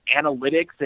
analytics